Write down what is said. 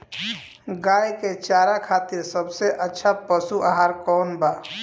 गाय के चारा खातिर सबसे अच्छा पशु आहार कौन बा?